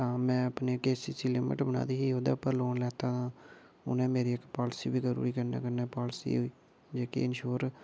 तां में अपनी के सी च लिमिट बना दी ही ओह्दे उप्पर लोन लैता हा उ'नें मेरी इक पॉलिसी बी करू उड़ी कन्नै कन्नै पॉलिसी जेह्की इंश्योर